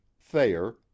Thayer